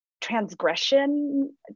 transgression